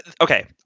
Okay